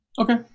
Okay